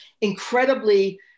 incredibly